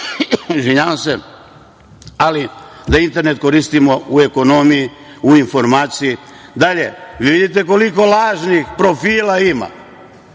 država, ali da internet koristimo u ekonomiji, u informaciji. Dalje, vi vidite koliko lažnih profila ima.